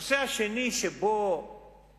הנושא השני, שגם בו אני